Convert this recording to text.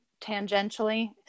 tangentially –